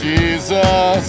Jesus